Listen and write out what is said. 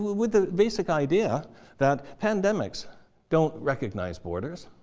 with the basic idea that pandemics don't recognize borders.